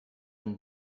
une